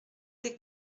des